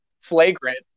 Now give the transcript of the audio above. Flagrant